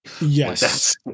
Yes